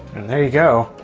there you go.